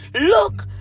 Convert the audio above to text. Look